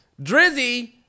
Drizzy